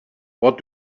what